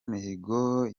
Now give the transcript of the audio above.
mihigo